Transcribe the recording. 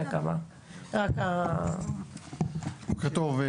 בוקר טוב,